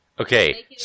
Okay